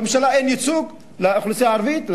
בממשלה אין ייצוג לאוכלוסייה הערבית,